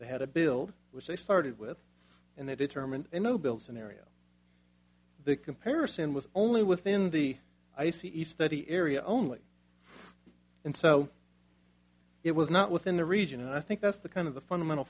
they had to build which they started with and they determined no builds an area the comparison was only within the i c e study area only and so it was not within the region and i think that's the kind of the fundamental